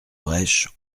brèche